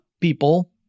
people